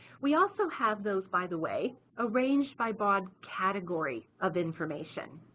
we also have those, by the way, arranged by broad category of information,